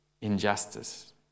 injustice